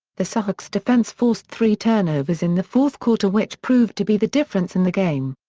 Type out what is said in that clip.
the seahawks defense forced three turnovers in the fourth quarter which proved to be the difference in the game.